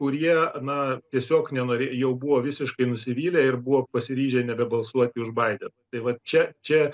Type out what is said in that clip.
kurie na tiesiog nenorė jau buvo visiškai nusivylę ir buvo pasiryžę nebebalsuoti už baideną tai vat čia čia